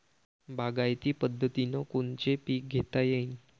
बागायती पद्धतीनं कोनचे पीक घेता येईन?